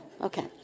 Okay